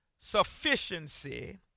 Sufficiency